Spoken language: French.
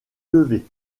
élevées